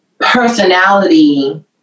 personality